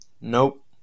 Nope